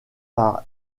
par